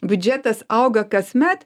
biudžetas auga kasmet